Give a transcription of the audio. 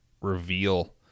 Reveal